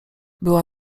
była